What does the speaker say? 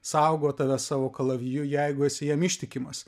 saugo tave savo kalaviju jeigu esi jam ištikimas